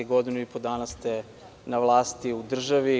Godinu i po dana ste na vlasti u državi.